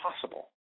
possible